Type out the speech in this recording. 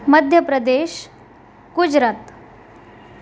Madhya Pradesh Gujarat